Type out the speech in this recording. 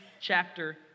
chapter